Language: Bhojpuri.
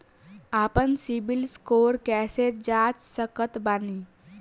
आपन सीबील स्कोर कैसे जांच सकत बानी?